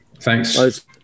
Thanks